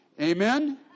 Amen